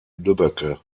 lübbecke